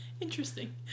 Interesting